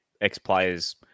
ex-players